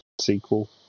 sequel